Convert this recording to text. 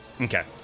Okay